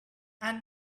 and